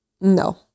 no